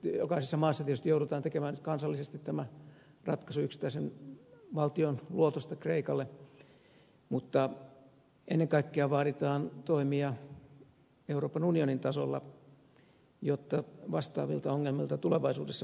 jokaisessa maassa tietysti joudutaan tekemään kansallisesti tämä ratkaisu yksittäisen valtion luotosta kreikalle mutta ennen kaikkea vaaditaan toimia euroopan unionin tasolla jotta vastaavilta ongelmilta tulevaisuudessa vältyttäisiin